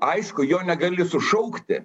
aišku jo negali sušaukti